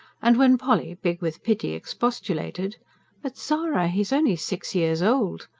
and when polly, big with pity, expostulated but zara, he is only six years old!